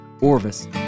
Orvis